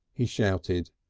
he shouted.